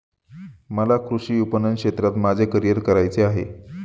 मला कृषी विपणन क्षेत्रात माझे करिअर करायचे आहे